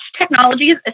technologies